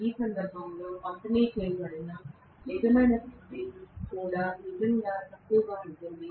ఈ సందర్భంలో పంపిణీ చేయబడిన నిజమైన శక్తి కూడా నిజంగా చాలా తక్కువగా ఉంటుంది